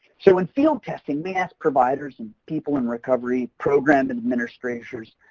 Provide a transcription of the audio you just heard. so, in field-testing they ask providers and people in recovery program administrators,